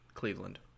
Cleveland